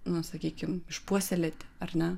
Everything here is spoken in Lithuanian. na sakykim išpuoselėti ar ne